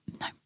No